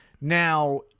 now